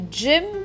gym